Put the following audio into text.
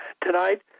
Tonight